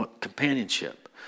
companionship